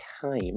time